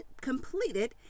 completed